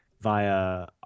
via